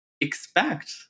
expect